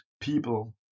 people